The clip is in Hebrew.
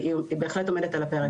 היא בהחלט עומדת על הפרק.